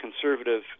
conservative